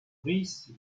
rice